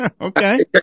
Okay